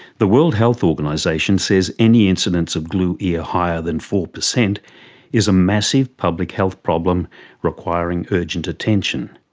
the world health organisation says any incidence of glue ear higher than four per cent is a massive public health problem requiring urgent attention.